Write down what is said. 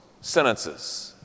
sentences